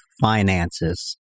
finances